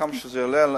כמה שזה עולה,